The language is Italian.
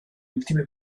ultime